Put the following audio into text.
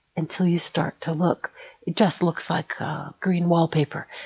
until you start to look, it just looks like green wallpaper.